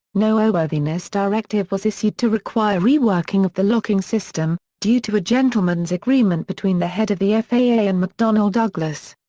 no airworthiness directive was issued to require reworking of the locking system, due to a gentlemen's agreement between the head of the faa and mcdonnell douglas.